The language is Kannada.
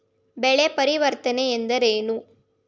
ಬೆಳೆ ಪರಿವರ್ತನೆ ಎಂದರೇನು?